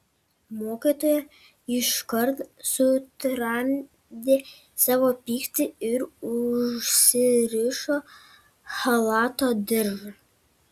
mokytoja iškart sutramdė savo pyktį ir užsirišo chalato diržą